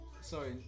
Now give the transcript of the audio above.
Sorry